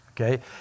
okay